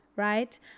right